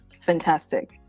fantastic